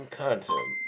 content